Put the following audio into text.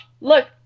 look